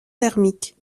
thermique